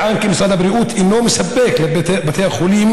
נטען כי משרד הבריאות אינו מספק לבתי החולים